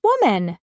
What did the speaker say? woman